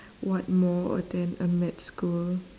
what more attend a med school